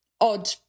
odd